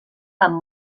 amb